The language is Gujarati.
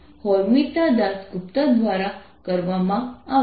તેથી વિદ્યુતક્ષેત્ર E બરાબર છે કારણ કે 2πL કેન્સલ કરવામાં આવશે